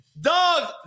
Dog